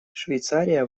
швейцария